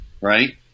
right